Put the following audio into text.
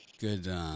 good